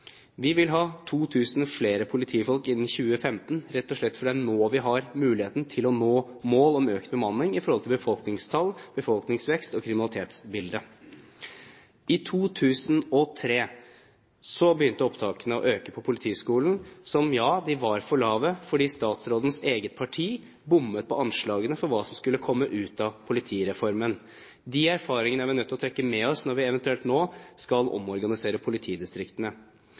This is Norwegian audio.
Vi vil ha 2 000 flere politifolk innen 2015, rett og slett fordi det er nå vi har muligheten til å nå mål om økt bemanning i forhold til befolkningstall, befolkningsvekst og kriminalitetsbildet. I 2003 begynte opptakene å øke på Politihøgskolen, som ja, var for lave, fordi statsrådens eget parti bommet på anslagene for hva som skulle komme ut av Politireformen. De erfaringene er vi nødt til å trekke med oss når vi eventuelt nå skal omorganisere politidistriktene.